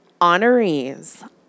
honorees